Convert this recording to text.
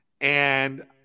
And-